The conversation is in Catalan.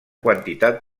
quantitat